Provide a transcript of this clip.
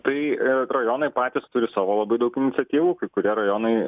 tai rajonai patys turi savo labai daug iniciatyvų kai kurie rajonai